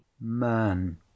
Man